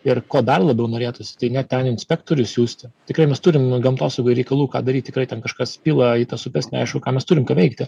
ir ko dar labiau norėtųsi tai ne ten inspektorius siųsti tikrai mes turim gamtos reikalų ką daryt tikrai ten kažkas pila į tas upes neaišku ką mes turim ką veikti